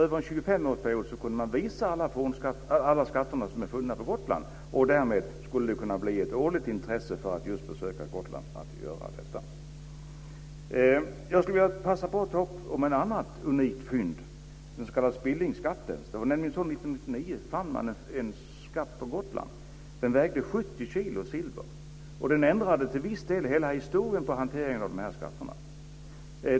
Över en 25-årsperiod skulle det gå att visa alla skatter som är funna på Gotland. Därmed skulle det bli ett årligt intresse för att besöka Gotland. Jag skulle vilja passa på att tala om ett annat unikt fynd, den s.k. Spillingsskatten. 1999 fann man en skatt på Gotland. Det var 70 kilo silver. Den ändrade till viss del hela historien i hanteringen av dessa skatter.